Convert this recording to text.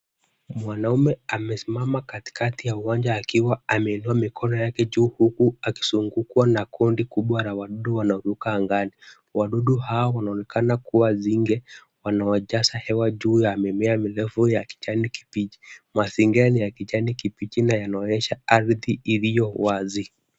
Mwanaume amesimama katikati ya uwanja akiwa ameinua mikono yake juu huku akizungukwa na kundi kubwa la wahamiaji wanaotoka angani. Wadudu hao wana onekana kuwa nzige, wana jaza hewa juu ya mimea mirefu ya kijani kibichi. Mazingira ni ya kijani kibichi na yanaonyesha ardhi iliyo wazi.